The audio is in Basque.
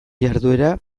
jarduera